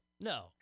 No